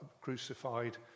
crucified